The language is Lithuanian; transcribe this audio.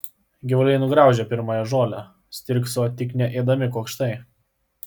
gyvuliai nugraužė pirmąją žolę stirkso tik neėdami kuokštai